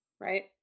Right